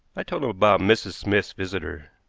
i told him about mrs. smith's visitor.